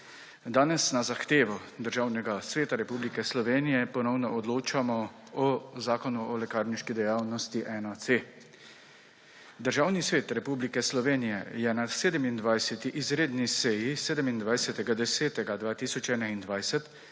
Danes na zahtevo Državnega sveta Republike Slovenije ponovno odločamo o Zakonu o lekarniški dejavnosti-1C. Državni svet Republike Slovenije je na 27. izredni seji 27. 10. 2021